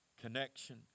Connection